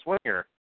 swinger